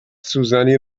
سوزنی